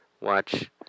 watch